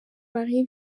marie